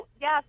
yes